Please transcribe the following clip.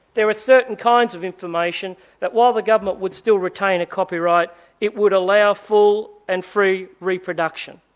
there are certain kinds of information that while the government would still retain a copyright it would allow full and free reproduction'.